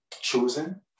chosen